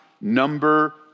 number